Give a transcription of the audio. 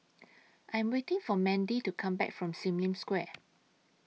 I Am waiting For Mandi to Come Back from SIM Lim Square